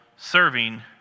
serving